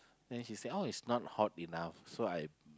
then she said it's not hot enough so I